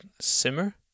Simmer